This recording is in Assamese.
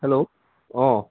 হেল্ল' অঁ